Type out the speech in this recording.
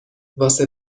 واسه